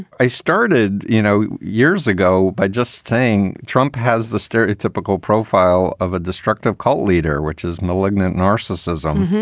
i started, you know, years ago by just saying trump has the stereotypical profile of a destructive cult leader, which is malignant narcissism.